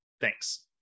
Thanks